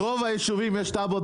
ברוב היישובים יש תב"עות,